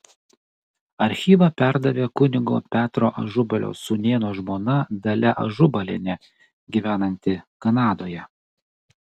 archyvą perdavė kunigo petro ažubalio sūnėno žmona dalia ažubalienė gyvenanti kanadoje